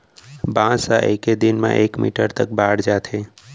बांस ह एके दिन म एक मीटर तक बाड़ जाथे